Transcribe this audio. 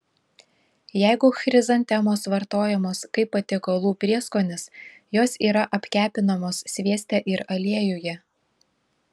jeigu chrizantemos vartojamos kaip patiekalų prieskonis jos yra apkepinamos svieste ir aliejuje